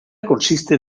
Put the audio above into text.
consiste